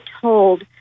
told